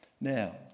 Now